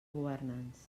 governants